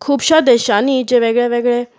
खुबशां देशांनी जे वेगळें वेगळें